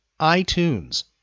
iTunes